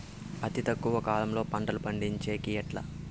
అతి తక్కువ కాలంలో పంటలు పండించేకి ఎట్లా?